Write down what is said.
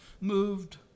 moved